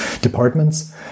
departments